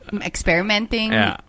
Experimenting